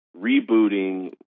rebooting